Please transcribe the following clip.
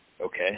Okay